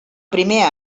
primer